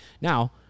now